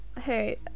Hey